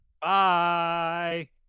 Bye